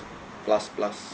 plus plus